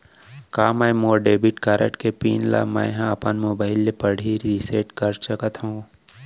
का मोर debit card के पिन ल मैं ह अपन मोबाइल से पड़ही रिसेट कर सकत हो?